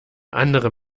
andere